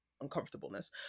uncomfortableness